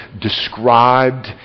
described